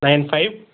nine five